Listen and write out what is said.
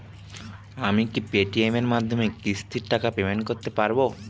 আমি কি Paytm এর মাধ্যমে কিস্তির টাকা পেমেন্ট করতে পারব?